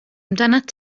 amdanat